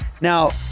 Now